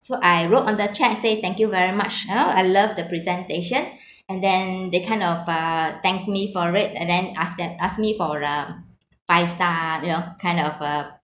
so I wrote on the chat say thank you very much ha I love the presentation and then they kind of uh thank me for it and then ask them ask me for a five star you know kind of a